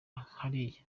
hariya